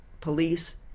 police